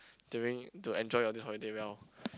during to enjoy your this holiday well